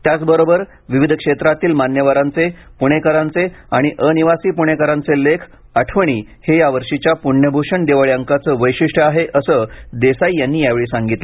त्याच बरोबर विविध क्षेत्रातील मान्यवरांचे पुणेकरांचे आणि अनिवासी प्णेकरांचे लेख आठवणी हे यावर्षीच्या प्ण्यभ्रषण दिवाळी अंकाचे वैशिष्ट्य आहे असं देसाई यांनी यावेळी सांगितलं